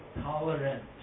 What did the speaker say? tolerant